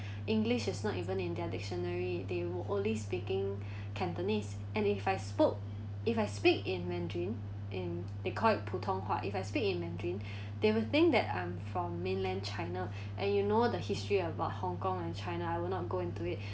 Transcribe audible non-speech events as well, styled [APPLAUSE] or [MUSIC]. english is not even in their dictionary they will only speaking [BREATH] cantonese and if I spoke if I speak in mandarin in they call it pu tong hua if I speak in mandarin [BREATH] they will think that I'm from mainland china [BREATH] and you know the history about hong kong and china I will not go into it